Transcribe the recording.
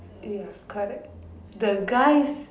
ya correct the guys